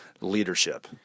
leadership